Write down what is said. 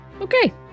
Okay